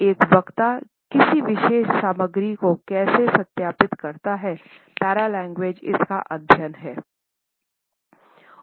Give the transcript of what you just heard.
एक वक्ता किसी विशेष सामग्री को कैसे सत्यापित करता हैपैरालुंगेज इसका अध्ययन है